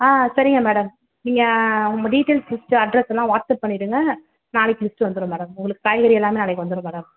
ஆ சரிங்க மேடம் நீங்கள் உங்கள் டீடைல்ஸ் லிஸ்ட்டு அட்ரஸ் எல்லாம் வாட்ஸப் பண்ணிவிடுங்க நாளைக்கு லிஸ்ட் வந்துரும் மேடம் உங்களுக்கு காய்கறி எல்லாமே நாளைக்கு வந்துரும் மேடம்